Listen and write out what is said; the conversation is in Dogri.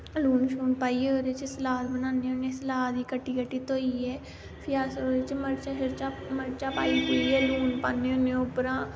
लून शून पाईये ओह्दे च सलाद बनाने होन्ने सलाद ई कट्टी कट्टी धोइयै फ्ही ओह्दे अस मर्चां शर्चां मर्चां पाइयै पूइयै लून पान्ने होन्ने उप्परा